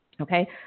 okay